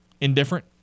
Indifferent